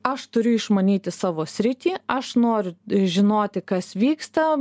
aš turiu išmanyti savo sritį aš noriu žinoti kas vyksta